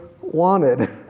wanted